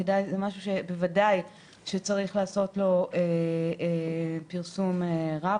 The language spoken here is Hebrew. זה משהו שבוודאי צריך לעשות לו פרסום רב,